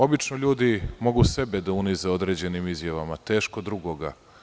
Obično ljudi mogu sebe da unize određenim izjavama, teško drugoga.